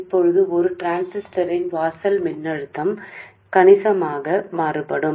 ఇప్పుడు ఒక ట్రాన్సిస్టర్ యొక్క ప్రవేశ వోల్టేజ్ గణనీయంగా మారుతుంది